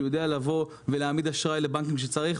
שהוא יודע לבוא ולהעמיד אשראי לבנקים כשצריך.